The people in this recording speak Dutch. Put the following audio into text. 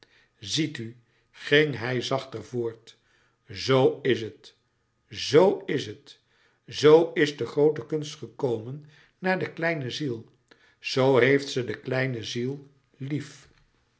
ziet u ging hij zachter voort zoo is het zo is het zoo is de groote kunst gekomen naar de kleine ziel zoo heeft ze de kleine ziel lief